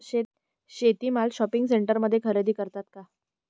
शेती माल शॉपिंग सेंटरमध्ये खरेदी करतात का?